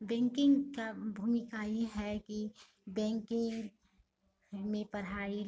banking का भूमिका यह है कि बैंकिन्ग में पढ़ाई